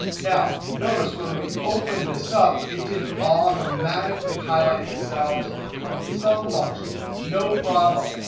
now, notice, when we open this up, it didn't automatically highlight the cells like the sum function. no problem.